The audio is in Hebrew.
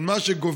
אבל מה שגובר,